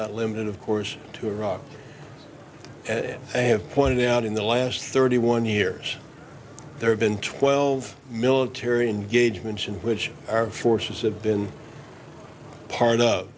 limited of course to iraq and i have pointed out in the last thirty one years there have been twelve military engagements in which our forces have been part